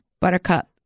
buttercup